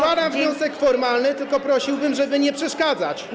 Składam wniosek formalny, tylko prosiłbym, żeby nie przeszkadzać.